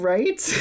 Right